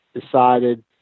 decided